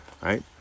right